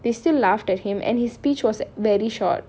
they still laughed at him and his speech was very short